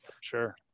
Sure